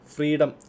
Freedom